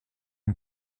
une